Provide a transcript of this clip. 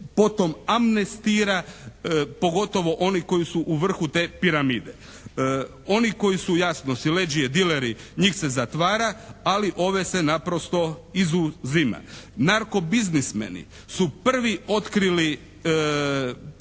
potom amnestira pogotovo oni koji su u vrhu te piramide. Oni koji su jasno sileđije, dileri, njih se zatvara, ali ove se naprosto izuzima. Narko biznismeni su prvi otkrili